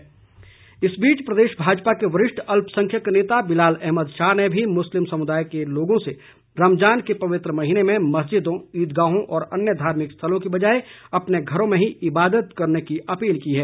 बिलाल अहमद इस बीच प्रदेश भाजपा के वरिष्ठ अल्पसंख्यक नेता बिलाल अहमद शाह ने भी मुस्लिम समुदाय के लोगों से रमजान के पवित्र महीने में मस्जिदों ईदगाहों और अन्य धार्मिक स्थलों की बजाए अपने घरों में ही इबादत करने की अपील की है